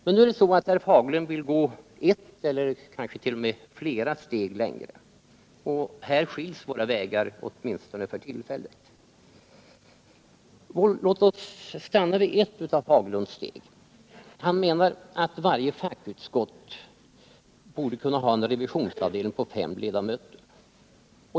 Men nu vill herr Fagerlund gå ett eller kanske t.o.m. flera steg längre, och här skiljs våra vägar åtminstone för tillfället. Låt oss se på ett av dessa herr Fagerlunds steg! Han menar att varje fackutskott borde kunna ha en revisionsavdelning på fem ledamöter.